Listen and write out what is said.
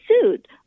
sued